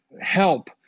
help